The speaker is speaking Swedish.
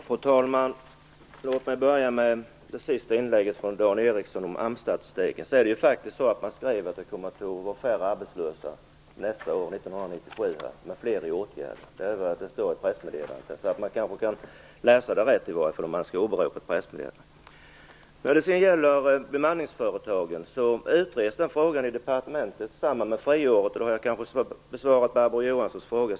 Fru talman! Låt mig börja med det sista inlägget från Dan Ericsson om AMS-statistiken. Man skriver faktiskt att det kommer att finnas färre arbetslösa 1997, men fler i åtgärder. Det är vad det står i pressmeddelandet. Man skall läsa rätt om man skall åberopa ett pressmeddelande. Frågan om bemanningsföretagen utreds i departementet. Samma sak gäller för frågan om friår. Nu har jag kanske samtidigt besvarat Barbro Johanssons fråga.